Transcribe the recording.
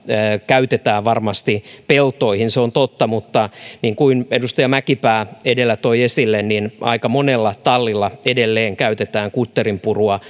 käytetään varmasti peltoihin ja se on totta mutta niin kuin edustaja mäkipää edellä toi esille niin aika monella tallilla edelleen käytetään kutterinpurua